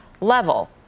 level